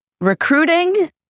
recruiting